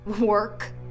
work